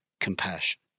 compassion